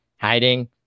hiding